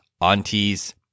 aunties